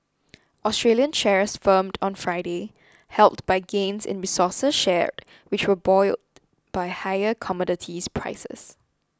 Australian shares firmed on Friday helped by gains in resources shares which were buoyed by higher commodities prices